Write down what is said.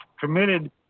committed